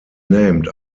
named